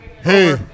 hey